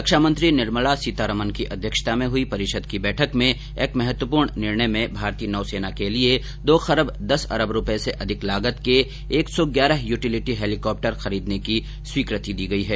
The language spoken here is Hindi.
रक्षा मंत्री निर्मला सीतारामन की अध्यक्षता में हुई परिषद की बैठक में एक महत्वपूर्ण निर्णय में भारतीय नौसेना के लिए दो खरब दस अरब रूपये से अधिक लागत के एक सौ ग्यारह यूटिलिटी हैलीकॉप्टर खरीदने की स्वीकृति दी गई है